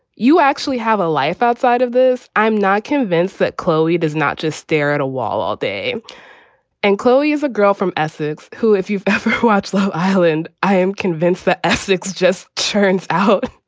you actually have a life outside of this. i'm not convinced that chloe does not just stare at a wall all day and chloe is a girl from essex who if you've ever watched low island, i am convinced that essex just turns out